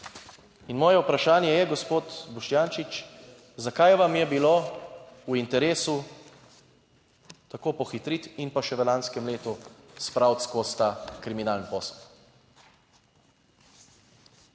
In moje vprašanje je, gospod Boštjančič, zakaj vam je bilo v interesu tako pohitriti in pa še v lanskem letu spraviti skozi ta kriminalni posel.